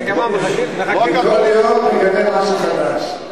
האמת היא שכל יום אני מגלה משהו חדש.